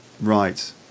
Right